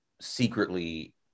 secretly